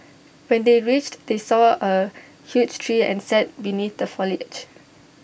when they reached they saw A huge tree and sat beneath the foliage